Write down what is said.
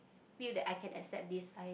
feel that I can accept this I